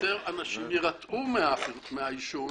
שיותר אנשים יירתעו מהעישון